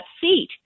seat